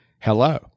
hello